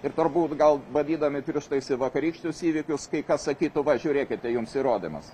ir turbūt gal badydami pirštais į vakarykščius įvykius kai kas sakytų va žiūrėkite jums įrodymas